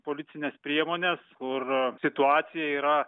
policines priemones kur situacija yra